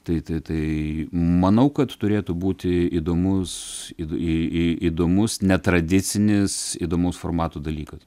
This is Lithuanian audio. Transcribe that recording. tai tai tai manau kad turėtų būti įdomus į į įdomus netradicinis įdomus formato dalykas